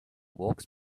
walks